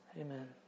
Amen